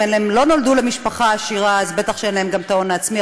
אם הם לא נולדו למשפחה עשירה אז בטח שאין להם גם את ההון העצמי.